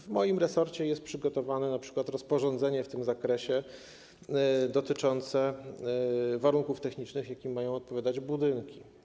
W moim resorcie jest przygotowane np. rozporządzenie w tym zakresie dotyczące warunków technicznych, jakim mają odpowiadać budynki.